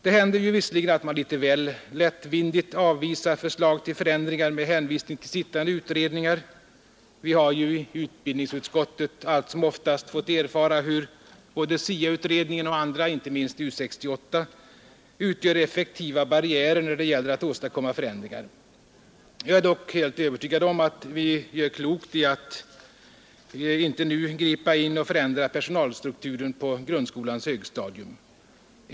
Det händer visserligen att man litet väl lättvindigt avvisar förslag till förändringar med hänvisning till pågående utredningar. Vi har i utbildningsutskottet allt som oftast fått erfara att både SIA-utredningen och andra, inte minst U 68, utgör effektiva barriärer när det gäller att åstadkomma förändringar. Jag är dock helt övertygad om att vi gör klokt i att inte nu gripa in och förändra personalstrukturen på grundskolans högstadium.